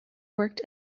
worked